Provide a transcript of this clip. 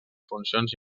funcions